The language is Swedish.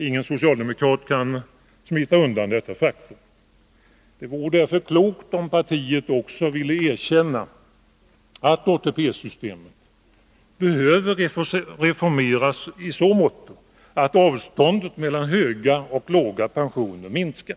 Ingen socialdemokrat kan smita undan detta faktum. Det vore därför klokt om partiet också ville erkänna att ATP systemet behöver reformeras i så måtto att avståndet mellan höga och låga persioner minskas.